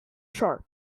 sharpe